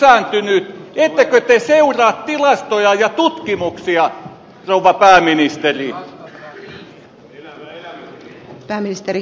ettekö te seuraa tilastoja ja tutkimuksia rouva pääministeri